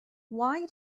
why